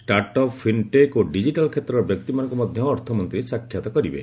startup fintech ଓ digital କ୍ଷେତ୍ରର ବ୍ୟକ୍ତିମାନଙ୍କୁ ମଧ୍ୟ ଅର୍ଥମନ୍ତ୍ରୀ ସାକ୍ଷାତ କରିବେ